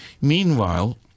Meanwhile